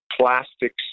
plastics